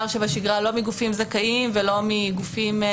שבשגרה לא מגופים זכאים ולא מגופים חוקרים.